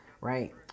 right